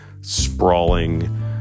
sprawling